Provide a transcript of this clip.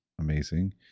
amazing